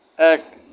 এক